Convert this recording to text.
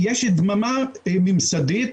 יש דממה ממסדית,